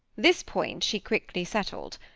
this point she quickly settled,